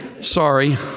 Sorry